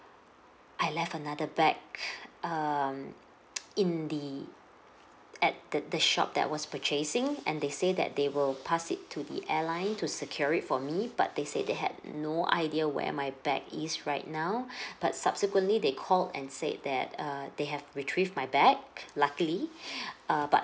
I left another bag um in the at the the shop that I was purchasing and they say that they will pass it to the airline to secure it for me but they said they had no idea where my bag is right now but subsequently they called and said that err they have retrieve my bag luckily uh but